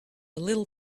little